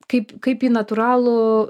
kaip kaip į natūralų